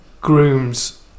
grooms